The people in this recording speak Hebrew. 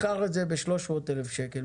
מכר את זה ב-300,000 שקל,